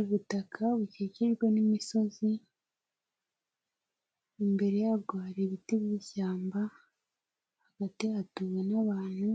Ubutaka bukikijwe n'imisozi, imbere yabwo hari ibiti mu ishyamba, hagati hatuwe n'abantu,